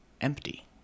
empty